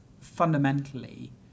fundamentally